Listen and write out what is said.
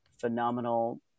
phenomenal